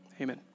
Amen